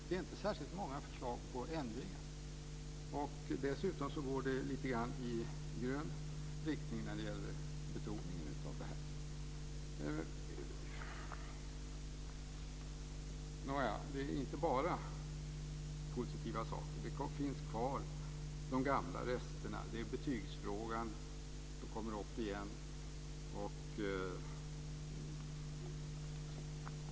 Det är inte särskilt många förslag på ändringar. Dessutom går det lite grann i grön riktning när det gäller betoningen av detta. Nåja, det är inte bara positiva saker. De gamla resterna finns kvar. Det är betygsfrågan som kommer upp igen.